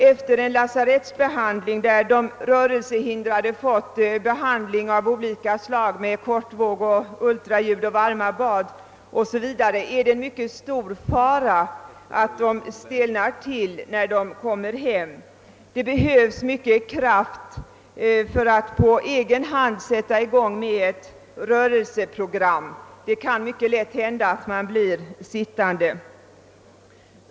Efter en lasarettsbehandling där de rörelsehindrade fått vård av olika slag i form av kortvåg, ultraljud, varma bad 0. s. v. är det mycket stor fara för att de stelnar till när de kommer hem. Det behövs mycket stor kraft för att på egen hand sätta i gång med ett rörelseprogram, och det kan lätt hända att den sjuke blir sittande.